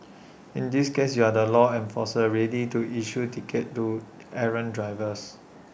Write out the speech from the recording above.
in this case you are the law enforcer ready to issue tickets to errant drivers